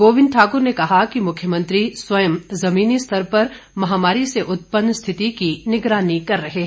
गोविंद ठाकुर ने कहा कि मुख्यमंत्री स्वयं जमीनी स्तर पर महामारी से उत्पन्न स्थिति की निगरानी कर रहे हैं